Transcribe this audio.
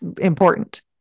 important